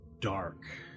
dark